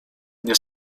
nie